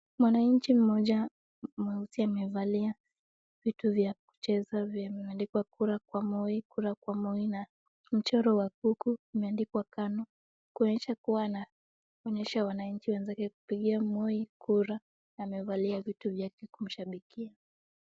Mwananchi mmoja mweusi amevalia vitu vya kucheza vimeandikwa kura kwa Moi, kura kwa Moi na mchoro wa kuku umeandikwa Kanu. Kuonyesha kuwa anaonyesha wananchi wenzake kupigia Moi kura. Amevalia vitu vyake kumshabikia.